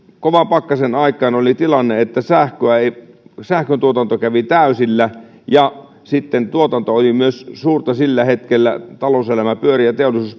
kovan pakkasen aikaan oli tilanne että sähköntuotanto kävi täysillä ja sitten tuotanto oli myös suurta sillä hetkellä talouselämä pyöri ja teollisuus